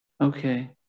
okay